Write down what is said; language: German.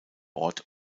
ort